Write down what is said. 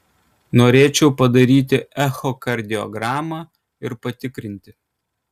norėčiau padaryti echokardiogramą ir patikrinti